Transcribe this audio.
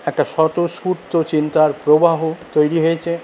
একটা স্বতঃস্ফূর্ত চিন্তার প্রবাহ তৈরি হয়েছে